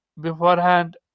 beforehand